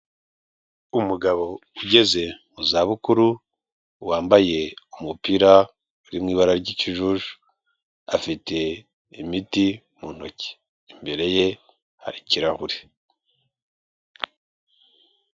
Umugabo ugeze mu zabukuru, wambaye umupira uri mu ibara ry'ikijuju, afite imiti mu ntoki, imbere ye hari ikirahure.